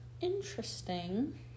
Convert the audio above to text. Interesting